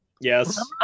Yes